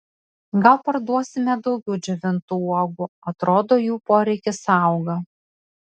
gal parduosime daugiau džiovintų uogų atrodo jų poreikis auga